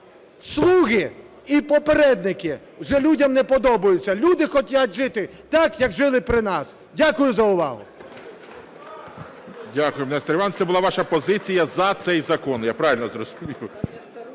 "слуги" і попередники вже людям не подобаються, люди хочуть жити так, як жили при нас. Дякую за увагу.